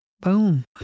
Boom